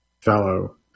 fellow